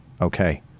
okay